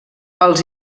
als